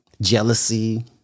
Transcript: jealousy